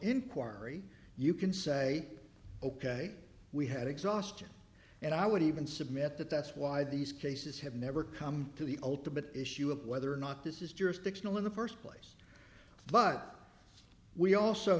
inquiry you can say ok we had exhaustion and i would even submit that that's why these cases have never come to the ultimate issue of whether or not this is jurisdictional in the first place but we also